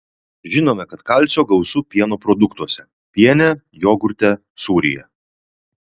žinome kad kalcio gausu pieno produktuose piene jogurte sūryje